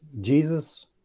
Jesus